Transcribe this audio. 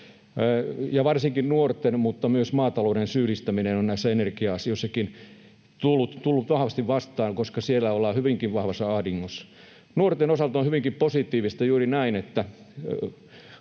Varsinkin nuorten mutta myös maatalouden syyllistäminen on näissä energia-asioissakin tullut vahvasti vastaan, koska siellä ollaan hyvinkin vahvassa ahdingossa. Nuorten osalta on hyvinkin positiivista juuri se, että